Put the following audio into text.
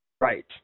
Right